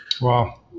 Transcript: Wow